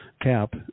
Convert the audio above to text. Cap